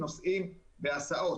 הילדים נוסעים בהסעות.